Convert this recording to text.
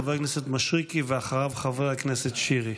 חבר הכנסת מישרקי, ואחריו, חבר הכנסת שירי.